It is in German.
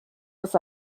das